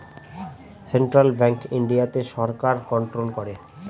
central bank ইন্ডিয়াতে সরকার control করে